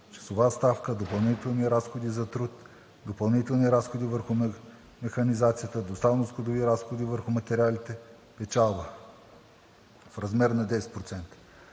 часова ставка, допълнителни разходи за труд, допълнителни разходи върху механизацията, доставеност по други разходи върху материалите, печалба в размер на 10%.